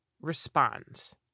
responds